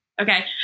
Okay